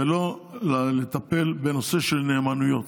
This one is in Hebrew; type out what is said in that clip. ולא לטפל בנושא של נאמנויות.